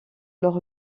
leur